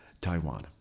Taiwan